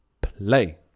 play